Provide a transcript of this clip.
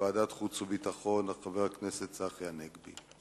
ועדת החוץ והביטחון, חבר הכנסת צחי הנגבי.